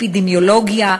אפידמיולוגיה,